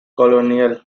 colonial